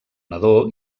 nadó